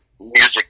music